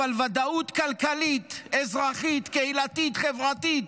אבל ודאות כלכלית, אזרחית, קהילתית, חברתית,